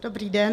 Dobrý den.